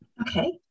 Okay